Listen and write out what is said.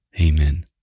Amen